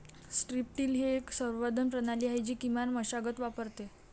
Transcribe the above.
strip till ही एक संवर्धन प्रणाली आहे जी किमान मशागत वापरते